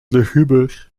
luguber